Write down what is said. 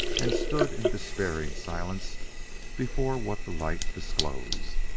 and stood in despairing silence before what the light disclosed.